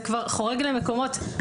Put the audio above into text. זה כבר חורג למקומות.